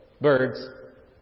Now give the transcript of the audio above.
Birds